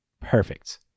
Perfect